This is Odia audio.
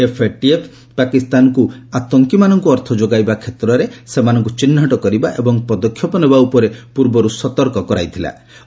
ଏଫ୍ଏଟିଏଫ୍ ପାକିସ୍ତାନକୁ ଆତଙ୍କୀମାନଙ୍କୁ ଅର୍ଥ ଯୋଗାଇବା କ୍ଷେତ୍ରରେ ସେମାନଙ୍କୁ ଚିହ୍ରଟ କରିବା ଏବଂ ପଦକ୍ଷେପ ନେବା ଉପରେ ପୂର୍ବର୍ ସତର୍କ କରାଇ ଦିଆଯାଇଥିଲା